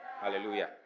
hallelujah